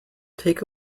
take